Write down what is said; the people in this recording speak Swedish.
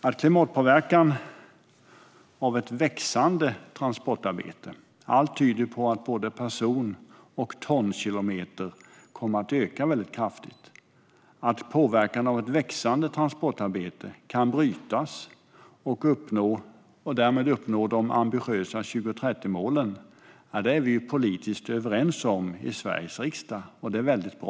Att klimatpåverkan av ett växande transportarbete - allt tyder på att både person och tonkilometer kommer att öka väldigt kraftigt - kan brytas och att man därmed kan uppnå de ambitiösa 2030-målen är vi politiskt överens om i Sveriges riksdag. Det är väldigt bra.